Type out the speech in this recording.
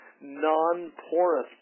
non-porous